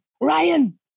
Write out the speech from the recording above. Ryan